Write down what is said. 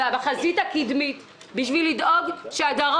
הם נמצאים בחזית הקדמית בשביל לדאוג שהדרום